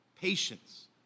Patience